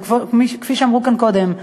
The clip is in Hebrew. וכפי שאמרו כאן קודם,